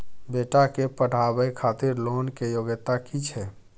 बेटा के पढाबै खातिर लोन के योग्यता कि छै